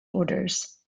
orders